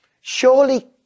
surely